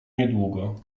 niedługo